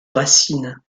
racine